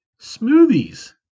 smoothies